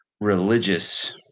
religious